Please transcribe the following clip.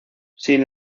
sin